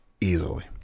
easily